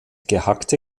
gehackte